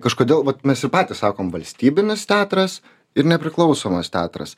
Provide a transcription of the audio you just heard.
kažkodėl vat mes ir patys sakom valstybinis teatras ir nepriklausomas teatras